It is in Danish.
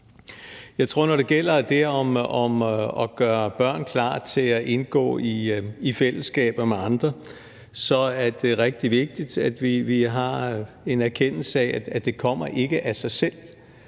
Jeg tror, at når det gælder det med at gøre børn klar til at indgå i fællesskaber med andre, er det rigtig vigtigt, at vi har en erkendelse af, at det ikke kommer af sig selv.